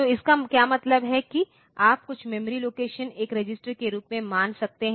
तो इसका क्या मतलब है कि आप कुछ मेमोरी लोकेशन एक रजिस्टर के रूप में मान सकते हैं